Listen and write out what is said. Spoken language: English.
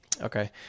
Okay